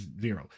zero